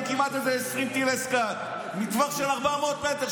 כמעט איזה 20 טילי סקאד מטווח של 400 מטר,